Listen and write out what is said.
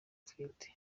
atwite